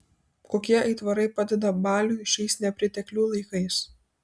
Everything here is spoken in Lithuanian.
kokie aitvarai padeda baliui šiais nepriteklių laikais